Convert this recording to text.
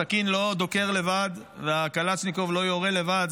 הסכין לא דוקר לבד והקלצ'ניקוב לא יורה לבד.